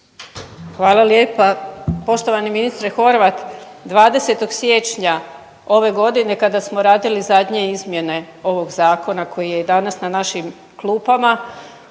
Hvala lijepa. Poštovani ministre Horvat 20. siječnja ove godine kada smo radili zadnje izmjene ovog zakona koji je i danas na našim kupama